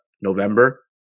November